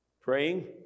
Praying